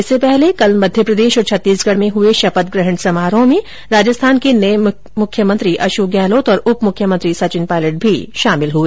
इससे पहले कल मध्यप्रदेश और छत्तीसगढ़ में हुए शपथ ग्रहण समारोह में राजस्थान के नए मुख्यमंत्री अशोक गहलोत और उप मुख्यमंत्री सचिन पायलट भी शामिल हुए